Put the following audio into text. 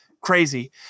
crazy